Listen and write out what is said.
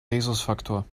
rhesusfaktor